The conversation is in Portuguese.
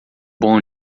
bom